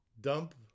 dump